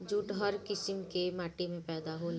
jute हर किसिम के माटी में पैदा होला